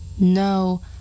No